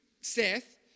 Seth